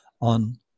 on